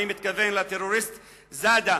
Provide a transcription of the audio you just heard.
אני מתכוון לטרוריסט נתן זאדה,